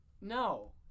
no